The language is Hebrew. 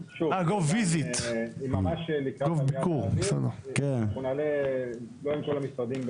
תומר, אנחנו לא נתחיל להתנגח עכשיו על תביעות.